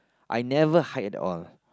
I never hide at all